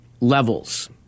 levels